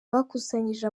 bakusanyije